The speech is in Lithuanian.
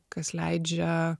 kas leidžia